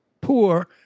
poor